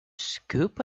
scoop